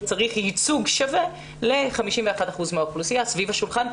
צריך ייצוג שווה ל-51% מהאוכלוסייה סביב השולחן,